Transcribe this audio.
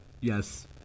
Yes